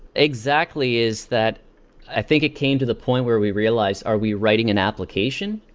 exactly, is that i think it came to the point where we realized, are we writing an application,